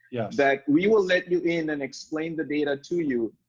yes. that, we will let you in and explain the data to you,